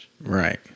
Right